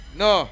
no